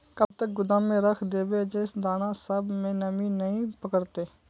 कब तक गोदाम में रख देबे जे दाना सब में नमी नय पकड़ते?